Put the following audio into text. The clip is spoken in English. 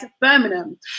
Birmingham